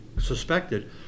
suspected